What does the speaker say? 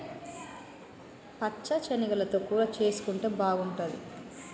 పచ్చ శనగలతో కూర చేసుంటే బాగుంటది